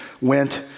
went